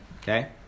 okay